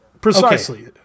Precisely